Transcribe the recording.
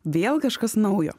vėl kažkas naujo